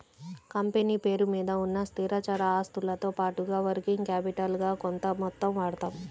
company పేరు మీద ఉన్న స్థిరచర ఆస్తులతో పాటుగా వర్కింగ్ క్యాపిటల్ గా కొంత మొత్తం వాడతాం